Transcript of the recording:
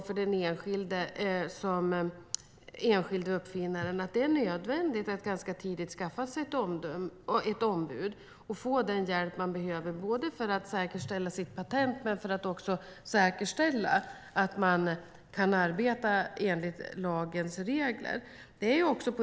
För den enskilde uppfinnaren är det nödvändigt att ganska tidigt skaffa sig ett ombud och få den hjälp som man behöver både för att säkerställa sitt patent och för att säkerställa att man kan arbeta enligt lagens regler.